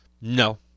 No